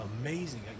amazing